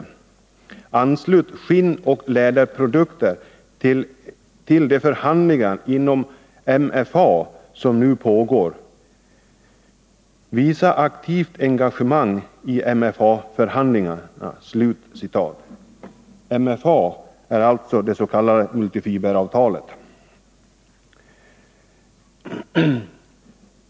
Anslut skinnoch läderprodukter till de förhandlingar för MFA som nu pågår. Visa aktivt engagemang i MFA-förhandlingarna.” MFA är alltså det s.k. multifiberavtalet.